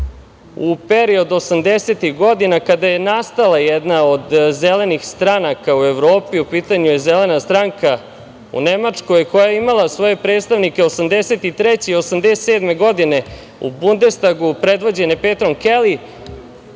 u period 80-ih godina, kada je nastala jedna od zelenih stranaka u Evropi, u pitanju je Zelena stranka u Nemačkoj, koja je imala svoje predstavnike od 1983. i 1987. godine, u Bundestagu, predvođene Petrom Keli,